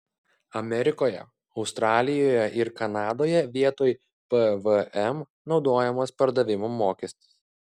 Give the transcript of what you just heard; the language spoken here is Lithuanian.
amerikoje australijoje ir kanadoje vietoj pvm naudojamas pardavimo mokestis